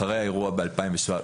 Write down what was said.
אחרי האירוע ב-2014,